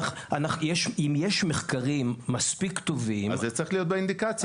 אם יש מחקרים מספיק טובים --- אז זה צריך להיות באינדיקציות.